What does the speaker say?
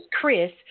Chris